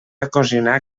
ocasionar